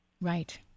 Right